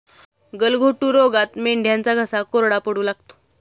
गलघोटू रोगात मेंढ्यांचा घसा कोरडा पडू लागतो